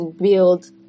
build